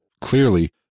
clearly